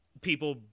people